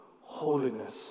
holiness